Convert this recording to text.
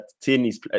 Tini's